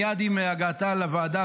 מייד עם הגעתה לוועדה,